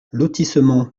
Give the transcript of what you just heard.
lotissement